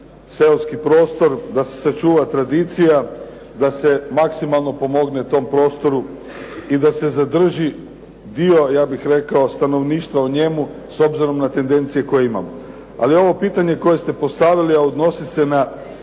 seoski prostor, da se sačuva tradiciju, da se maksimalno pomogne tom prostoru i da se zadrži dio, ja bih rekao, stanovništva u njemu s obzirom na tendencije koje imamo. Ali ovo pitanje koje ste postavili, a odnosi se na